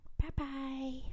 Bye-bye